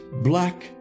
black